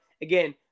again